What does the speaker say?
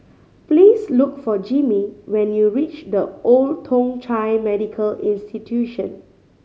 please look for Jimmie when you reach The Old Thong Chai Medical Institution